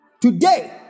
Today